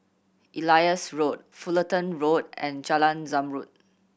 Elias Road Fullerton Road and Jalan Zamrud